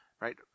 right